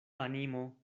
animo